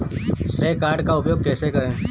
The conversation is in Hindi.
श्रेय कार्ड का उपयोग कैसे करें?